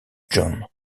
john